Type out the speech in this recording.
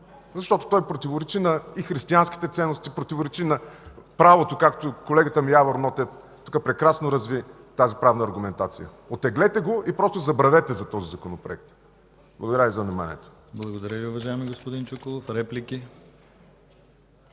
защото той противоречи и на християнските ценности, противоречи на правото”, както колегата ми Явор Нотев тук прекрасно разви тази правна аргументация. Оттеглете го и просто забравете за този законопроект. Благодаря Ви за вниманието. ПРЕДСЕДАТЕЛ ДИМИТЪР ГЛАВЧЕВ: Благодаря Ви уважаеми господин Чуколов. Реплики?